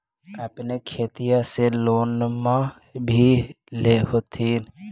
अपने खेतिया ले लोनमा भी ले होत्थिन?